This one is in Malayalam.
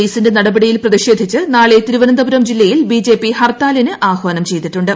പോലീസിന്റെ നടപടിയിൽ പ്രതിഷേധിച്ച് നാളെ തിരുവനന്തപുരം ജില്ലയിൽ ബിജെപി ഹർത്താലിന് ആഹാനം ചെയ്തിട്ടുണ്ട്